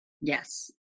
Yes